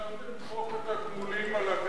אישרתם את חוק התגמולים על הגז,